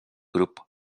grup